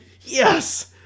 yes